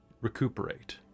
recuperate